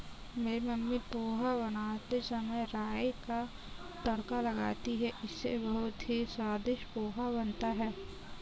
मेरी मम्मी पोहा बनाते समय राई का तड़का लगाती हैं इससे बहुत ही स्वादिष्ट पोहा बनता है